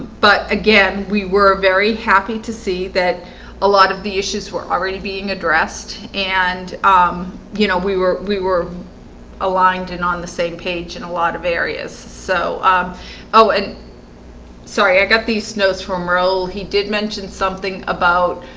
but again, we were very happy to see that a lot of the issues were already being addressed and um you know, we were we were aligned and on the same page in a lot of areas. so um oh and sorry, i got these notes from role. he did mention something about